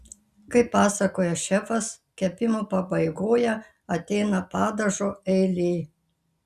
kaip pasakoja šefas kepimo pabaigoje ateina padažo eilė